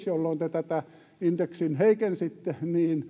jolloin tätä tätä indeksiä heikensitte